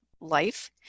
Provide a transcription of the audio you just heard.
life